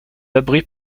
abris